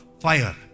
fire